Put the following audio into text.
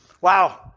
Wow